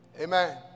Amen